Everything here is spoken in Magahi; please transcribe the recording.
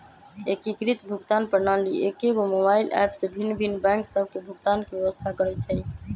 एकीकृत भुगतान प्रणाली एकेगो मोबाइल ऐप में भिन्न भिन्न बैंक सभ के भुगतान के व्यवस्था करइ छइ